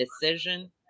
decision